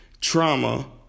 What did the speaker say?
trauma